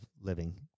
living